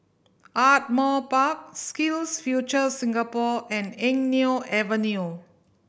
Ardmore Park SkillsFuture Singapore and Eng Neo Avenue